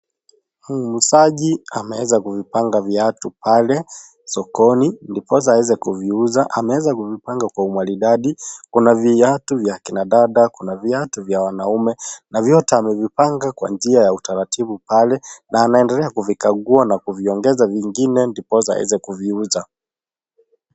Muuzaji ameweza kuvipanga viatu pale sokoni ndiposa aweze kuviuza ameeza kuvipanga kwa umaridadi. Kuna viatu vya kina dada, kuna viatu vya wanaume na vyote amevipanga kwa njia ya utaratibu pale na anaendelea kuvikagua na kuviongeza vingine ndiposa aweze kuviuza.